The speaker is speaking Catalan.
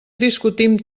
discutim